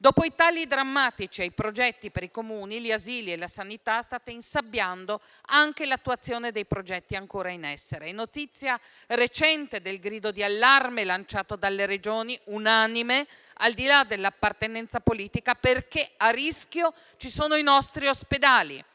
Dopo i tagli drammatici ai progetti per i Comuni, gli asili e la sanità, state insabbiando anche l'attuazione dei progetti ancora in essere. È notizia recente il grido di allarme lanciato dalle Regioni - unanime, al di là dell'appartenenza politica - perché a rischio ci sono i nostri ospedali.